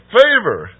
favor